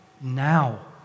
now